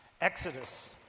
Exodus